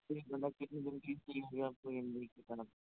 नहीं मतलब कितने दिन के लिए अभी आपको ये किताब